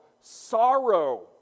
sorrow